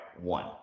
one